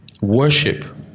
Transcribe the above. worship